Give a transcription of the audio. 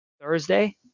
Thursday